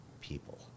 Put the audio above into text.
people